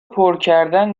پرکردن